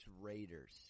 Raiders